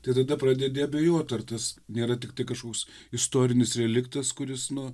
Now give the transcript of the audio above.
tai tada pradedi abejot ar tas nėra tiktai kažkoks istorinis reliktas kuris nu